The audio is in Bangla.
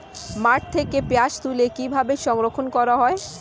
মাঠ থেকে পেঁয়াজ তুলে কিভাবে সংরক্ষণ করা হয়?